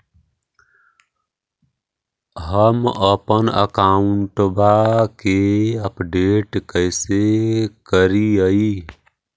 हमपन अकाउंट वा के अपडेट कैसै करिअई?